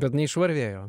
bet neišvarvėjo